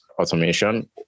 automation